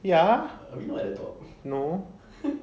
ya no